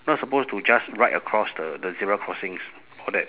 not supposed to just ride across the the zebra crossings all that